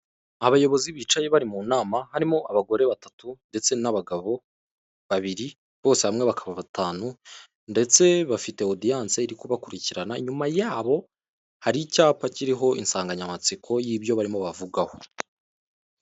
Abayobozi bicaye bari mu nama; harimo abagore batatu ndetse n'abagabo babiri, bose hamwe bakaba batanu ndetse bafite odiyanse iri kubakurikirana. Inyuma yabo hari icyapa kiriho insanganyamatsiko y'ibyo barimo bavugaho.